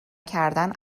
کردن